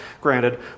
granted